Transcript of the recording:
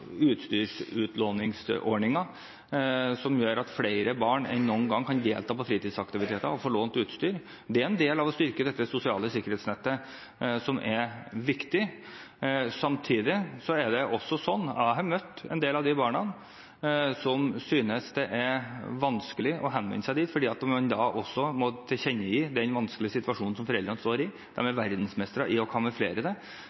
som gjør at flere barn enn noen gang kan delta på fritidsaktiviteter og få lånt utstyr. Det er en del av å styrke dette sosiale sikkerhetsnettet som er viktig. Samtidig har jeg møtt en del av de barna som synes det er vanskelig å henvende seg dit, fordi man da også må tilkjennegi den vanskelige situasjonen som foreldrene står i. De er verdensmestre i å kamuflere det og ønsker å gjøre det